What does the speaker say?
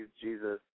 Jesus